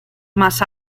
más